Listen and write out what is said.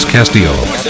Castillo